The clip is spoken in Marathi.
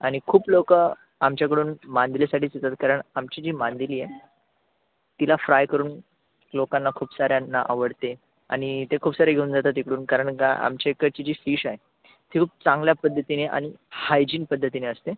आणि खूप लोकं आमच्याकडून मांदेलीसाठीच येतात कारण आमची जी मांदेली आहे तिला फ्राय करून लोकांना खूप साऱ्यांना आवडते आणि ते खूप सारे घेऊन जातात इकडून कारण गा आमच्या इकडची जी फिश आहे ती खूप चांगल्या पद्धतीने आणि हायजिन पद्धतीने असते